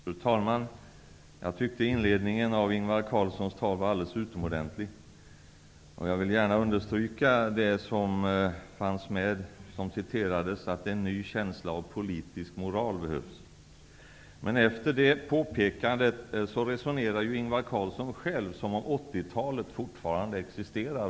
Fru talman! Jag tyckte att inledningen av Ingvar Carlssons anförande var alldeles utomordentligt. Jag vill gärna understryka det han sade om att en ny känsla av politisk moral behövs. Efter det påpekandet resonerar Ingvar Carlsson själv som om vi lever kvar i 1980-talet.